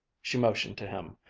she motioned to him,